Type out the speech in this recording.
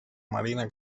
marina